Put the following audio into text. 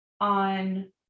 on